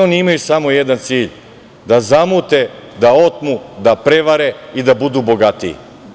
Oni imaju samo jedan cilj da zamute, da otmu, da prevare i da budu bogatiji.